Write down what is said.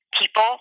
people